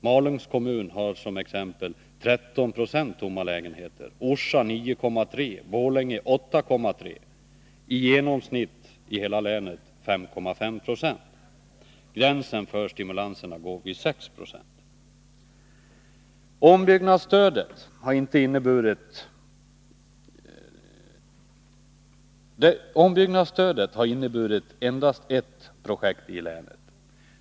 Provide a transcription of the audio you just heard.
Malungs kommun har t.ex. 13 70 tomma lägenheter, Orsa 9,3 70, Borlänge 8,3 70, och genomsnittet för hela länet är 5,5 70. Gränsen för stimulanserna går vid 6 I. Ombyggnadsstödet har inneburit endast ett projekt i länet.